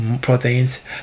proteins